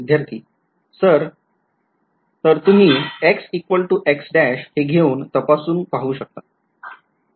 विध्यार्थी सर तर तुम्ही हे घेऊन तपासून पाहू शकता